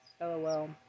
LOL